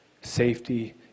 safety